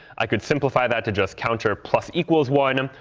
i could simplify that to just counter plus equals one.